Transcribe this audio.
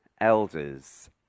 elders